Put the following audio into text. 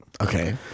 okay